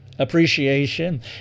Appreciation